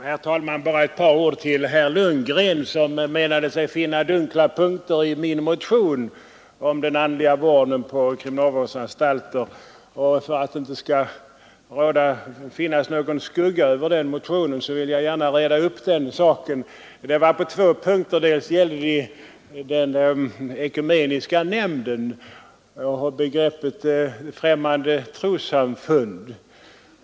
Herr talman! Bara ett par ord till herr Lundgren, som menade att det fanns dunkla punkter i min motion om den andliga vården på kriminalvårdsanstalter. För att det inte skall falla någon skugga över denna motion vill jag gärna reda ut saken. Det var fråga om två punkter. Dels gällde det begreppet ekumenisk nämnd och dels begreppet främmande trossamfund.